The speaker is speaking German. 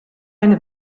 eine